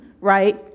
right